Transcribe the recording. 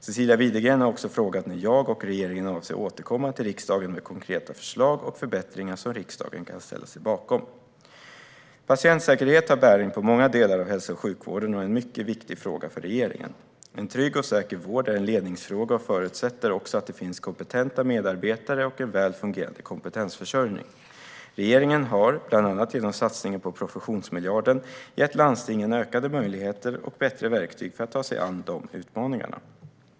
Cecilia Widegren har också frågat när jag och regeringen avser att återkomma till riksdagen med konkreta förslag och förbättringar som riksdagen kan ställa sig bakom. Patientsäkerhet har bäring på många delar av hälso och sjukvården och är en mycket viktigt fråga för regeringen. En trygg och säker vård är en ledningsfråga och förutsätter också att det finns kompetenta medarbetare och en väl fungerande kompetensförsörjning. Regeringen har, bland annat genom satsningen på professionsmiljarden, gett landstingen ökade möjligheter och bättre verktyg för att ta sig an de utmaningarna.